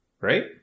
Right